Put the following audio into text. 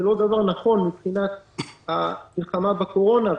לא דבר נכון מבחינת המלחמה בקורונה.